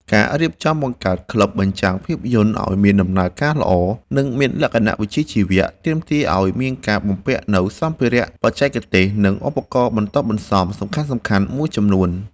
ការរៀបចំបង្កើតក្លឹបបញ្ចាំងភាពយន្តឱ្យមានដំណើរការល្អ និងមានលក្ខណៈវិជ្ជាជីវៈ ទាមទារឱ្យមានការបំពាក់នូវសម្ភារៈបច្ចេកទេស និងឧបករណ៍បន្ទាប់បន្សំសំខាន់ៗមួយចំនួន។